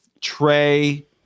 Trey